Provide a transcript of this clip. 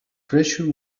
treasure